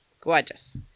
Gorgeous